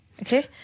Okay